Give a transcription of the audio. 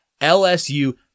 LSU